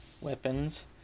weapons